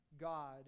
God